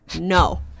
no